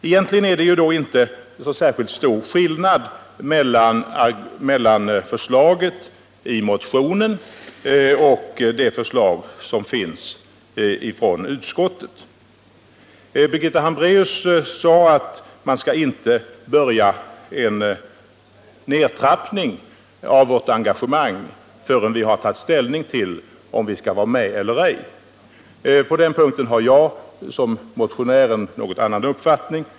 Egentligen är det då inte så stor skillnad mellan motionsförslaget och utskottets förslag. Birgitta Hambraeus sade att man inte skall börja en nedtrappning av vårt engagemang förrän vi har tagit ställning till om vi skall vara med eller inte. På den punkten har jag som motionär en något annan uppfattning.